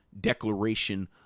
declaration